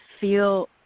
feel